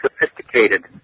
sophisticated